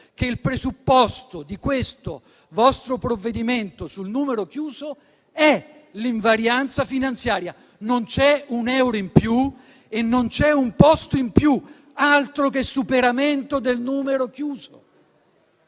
che il presupposto di questo vostro provvedimento sul numero chiuso è l'invarianza finanziaria. Non c'è un euro in più e non c'è un posto in più. Altro che superamento del numero chiuso!